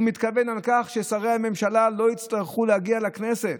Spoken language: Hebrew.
הוא מתכוון לכך ששרי הממשלה לא יצטרכו להגיע לכנסת.